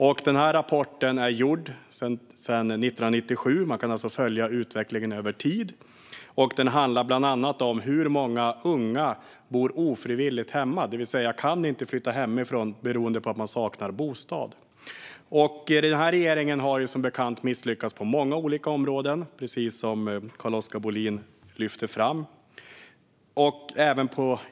Rapporten görs årligen sedan 1997 - man kan alltså följa utvecklingen över tid - och handlar bland annat om hur många unga som ofrivilligt bor hemma, det vill säga inte kan flytta hemifrån beroende på att de saknar bostad. Denna regering har som bekant misslyckats på många olika områden, precis som Carl-Oskar Bohlin lyfter fram.